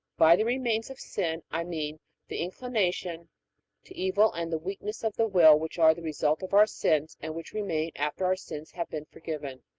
by the remains of sin i mean the inclination to evil and the weakness of the will which are the result of our sins, and which remain after our sins have been forgiven.